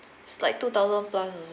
is like two thousand plus also